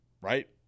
right